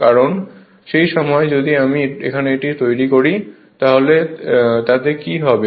কারণ সেই সময়ে যদি আমি এখানে এটি তৈরি করি তাহলে তাতে কী হবে